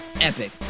Epic